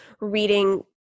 reading